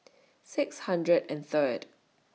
six hundred and Third